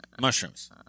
Mushrooms